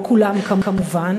לא כולם כמובן,